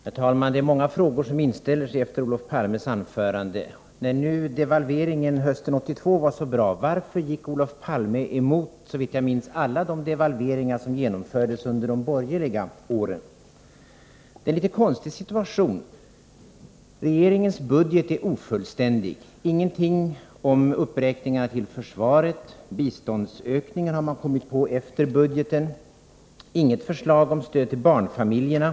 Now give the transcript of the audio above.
Herr talman! Det är många frågor som inställer sig efter Olof Palmes anförande. När nu devalveringen hösten 1982 var så bra, varför gick Olof Palme då — såvitt jag minns — emot alla de devalveringar som genomfördes under de borgerliga åren? Det är en litet konstig situation. Regeringens budgetproposition är ofullständig —- ingenting om uppräkningar till försvaret, biståndsökningen har man kommit på efter det att budgetförslaget presenterades, och inget förslag finns om stödet till barnfamiljerna.